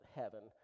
heaven